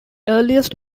earliest